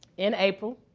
in april,